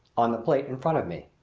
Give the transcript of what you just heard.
on the plate in front of me.